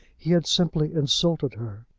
he had simply insulted her.